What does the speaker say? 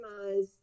customize